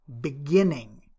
Beginning